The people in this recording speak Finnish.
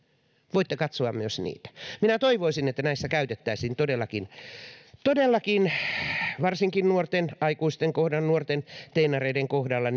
voitte katsoa myös niitä minä toivoisin että näissä käytettäisiin todellakin todellakin varsinkin nuorten aikuisten kohdalla nuorten teinareiden kohdalla